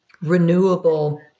renewable